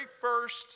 first